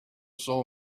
saw